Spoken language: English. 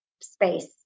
space